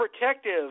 protective